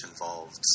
involved